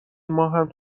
ماهم